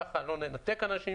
ככה לא ננתק אנשים